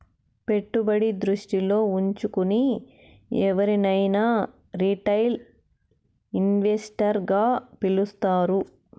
పెట్టుబడి దృష్టిలో ఉంచుకుని ఎవరినైనా రిటైల్ ఇన్వెస్టర్ గా పిలుస్తారు